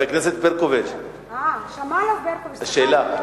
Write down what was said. זה מאוד